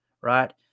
Right